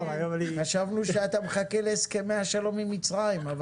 --- חשבנו שאתה מחכה להסכמי השלום עם מצרים.